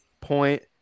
Point